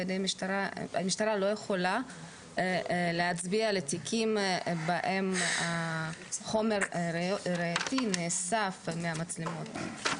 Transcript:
המשטרה לא יכולה להצביע על תיקים שבהם החומר הראייתי נאסף מהמצלמות.